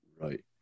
Right